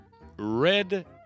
Red